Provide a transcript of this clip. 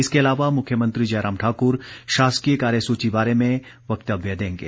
इसके अलावा मुख्यमंत्री जयराम ठाकर शासकीय कार्यसुची बारे में वक्तव्य देंगे